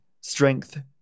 Strength